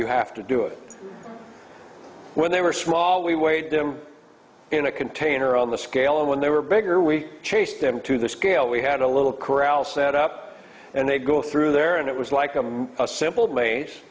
you have to do it when they were small we weighed them in a container on the scale and when they were bigger we chased them to the scale we had a little corral set up and they'd go through there and it was like a simple